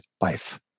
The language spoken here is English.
Life